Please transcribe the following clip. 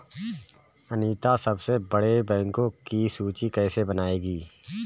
अनीता सबसे बड़े बैंकों की सूची कैसे बनायेगी?